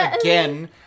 again